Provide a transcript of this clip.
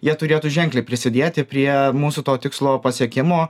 jie turėtų ženkliai prisidėti prie mūsų to tikslo pasiekimo